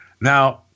Now